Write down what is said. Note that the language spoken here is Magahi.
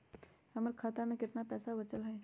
हमर खाता में केतना पैसा बचल हई?